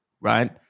right